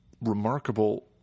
remarkable